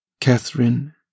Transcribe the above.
Catherine